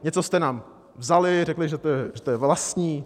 Něco jste nám vzali, řekli, že to je vlastní.